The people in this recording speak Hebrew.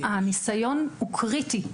הניסיון הוא קריטי,